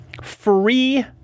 free